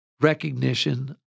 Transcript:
recognition